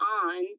on